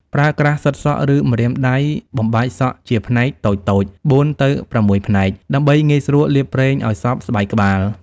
ប្រើក្រាស់សិតសក់ ឬម្រាមដៃបំបែកសក់ជាផ្នែកតូចៗ (៤ ទៅ ៦ ផ្នែក) ដើម្បីងាយស្រួលលាបប្រេងឲ្យសព្វស្បែកក្បាល។